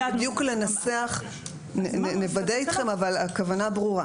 איך בדיוק לנסח נוודא איתכם, אבל הכוונה ברורה